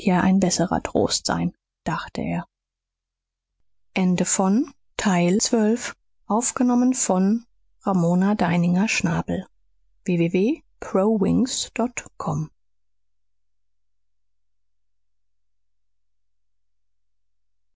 ein besserer trost sein dachte er